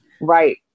right